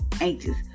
anxious